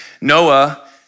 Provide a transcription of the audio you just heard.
noah